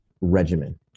regimen